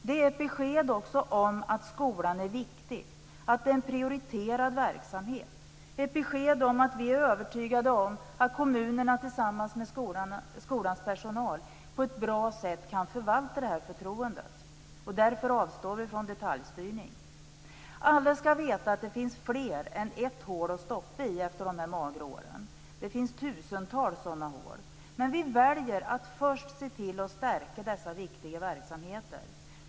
Det är också ett besked om att skolan är viktig och att den är en prioriterad verksamhet, ett besked om att vi är övertygade om att kommunerna tillsammans med skolans personal på ett bra sätt kan förvalta det förtroendet. Därför avstår vi från detaljstyrning. Alla skall veta att det finns fler än ett hål att stoppa pengarna i efter de magra åren. Det finns tusentals sådana hål, men vi väljer först att se till att stärka dessa viktiga verksamheter.